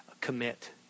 commit